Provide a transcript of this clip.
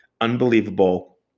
unbelievable